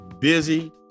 busy